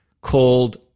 called